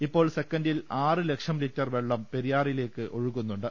ഇപ്പോൾ സെക്കന്റിൽ ആറ് ലക്ഷം ലിറ്റർ വെള്ളം പെരിയാറിലേക്ക് ഒഴുക്കുന്നുണ്ട്